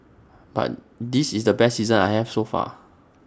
but this is the best season I have so far